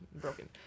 broken